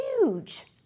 huge